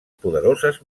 poderoses